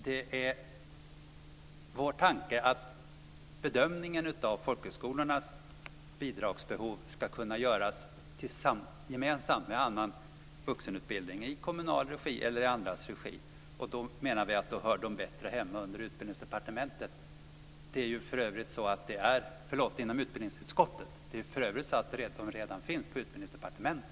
Det är vår tanke att bedömningen av folkhögskolornas bidragsbehov ska kunna göras gemensamt med annan vuxenutbildning i kommunal regi eller i andras regi. Då menar vi att de hör bättre hemma under utbildningsutskottet. Det är för övrigt så att de redan finns på Utbildningsdepartementet.